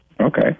Okay